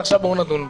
ועכשיו בואו נדון בו.